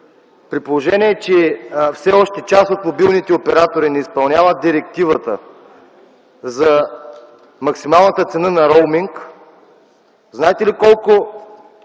При положение, че все още част от мобилните оператори не изпълняват директивата за максималната цена на роуминг, знаете ли колко